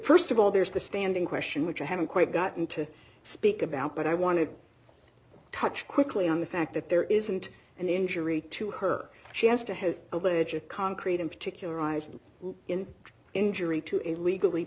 reports of all there's the standing question which i haven't quite gotten to speak about but i want to touch quickly on the fact that there isn't an injury to her she has to have a ledge of concrete and particularized in injury to a legally